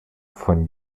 von